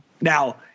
now